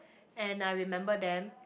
and I remember them